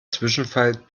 zwischenfall